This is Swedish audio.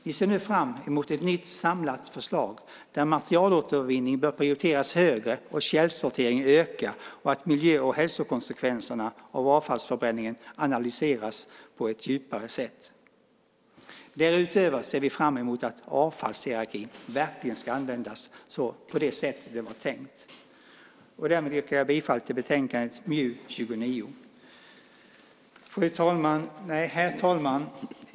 Vi ser nu fram emot ett nytt samlat förslag där materialåtervinning bör prioriteras högre, där källsorteringen ökar och där miljö och hälsokonsekvenserna av avfallsförbränningen bör analyseras på ett djupare sätt. Därutöver ser vi fram emot att avfallshierarkin verkligen ska användas på det sätt den var tänkt. Därmed yrkar jag bifall till förslaget i betänkandet MJU29. Herr talman!